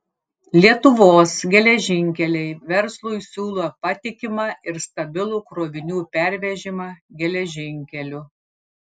lietuvos geležinkeliai verslui siūlo patikimą ir stabilų krovinių pervežimą geležinkeliu